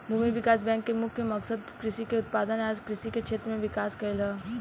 भूमि विकास बैंक के मुख्य मकसद कृषि के उत्पादन आ कृषि के क्षेत्र में विकास कइल ह